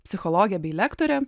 psichologė bei lektorė